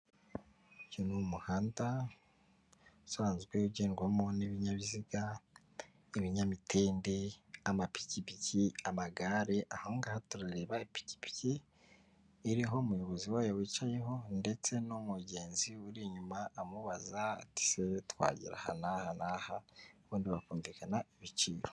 Uyu ni umuhanda usanzwe ugendwamo n'ibinyabiziga ibinyamitende, amapikipiki amagare, ahangaha turareba ipikipiki iriho umuyobozi wayo wicayeho ndetse n'umugenzi uri inyuma amubaza ati;'' ese twagera ahantu aha na aha ubundi bakumvikana ibiciro''.